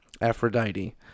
Aphrodite